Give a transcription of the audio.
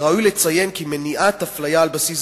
וראוי לציין כי מניעת הפליה על בסיס